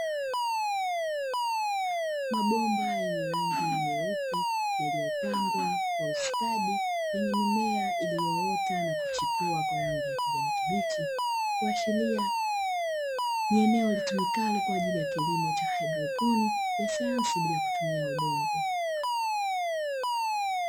Mabomba yenye rangi nyeupe yaliyopangwa kwa ustadi, yenye mimea iliyoota na kuchipua kwa rangi ya kijani kibichi, kuashiria ni eneo litumikalo kwa ajili ya kilimo cha haidroponi, ya sayansi bila kutumia udongo.